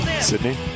Sydney